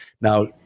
Now